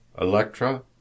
electra